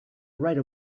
right